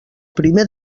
primer